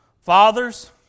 Fathers